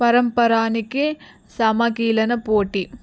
పరంపరానికి సమకీలన పోటీ